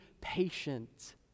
patient